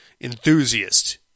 enthusiast